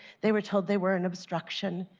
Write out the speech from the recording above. they were told they were an obstruction.